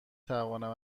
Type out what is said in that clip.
توانم